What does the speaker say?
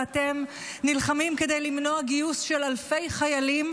ואתם נלחמים כדי למנוע גיוס של אלפי חיילים?